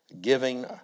giving